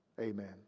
Amen